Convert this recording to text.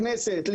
הכנסת.